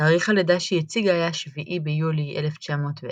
תאריך הלידה שהיא הציגה היה 7 ביולי 1910,